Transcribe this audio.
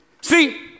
See